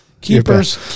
keepers